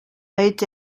été